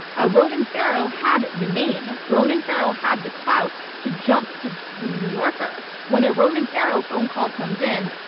ah ronan farrow had the name, ronan farrow had the clout to jump to the new yorker. when a ronan farrow phone call comes in,